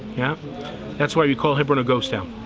yeah that's why we call hebron a ghost town.